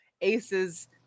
aces